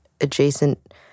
adjacent